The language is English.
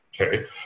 Okay